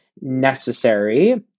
necessary